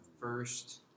first